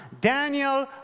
Daniel